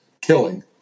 killing